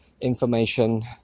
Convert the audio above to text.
information